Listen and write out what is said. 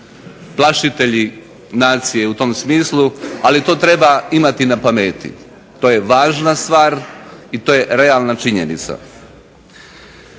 plašitelji nacije u tom smislu, ali to treba imati na pameti. To je važna stvar i to je realna činjenica.